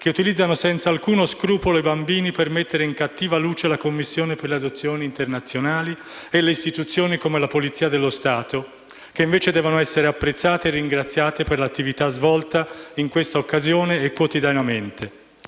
che utilizzano senza alcuno scrupolo i bambini per mettere in cattiva luce la Commissione per le adozioni internazionali e istituzioni, come la Polizia di Stato, che invece devono essere apprezzate e ringraziate per l'attività svolta in questa occasione e quotidianamente.